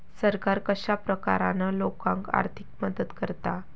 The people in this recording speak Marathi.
सरकार कश्या प्रकारान लोकांक आर्थिक मदत करता?